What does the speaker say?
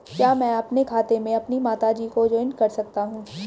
क्या मैं अपने खाते में अपनी माता जी को जॉइंट कर सकता हूँ?